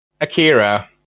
Akira